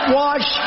wash